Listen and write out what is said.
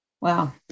Wow